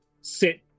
sit